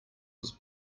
was